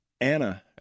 Anna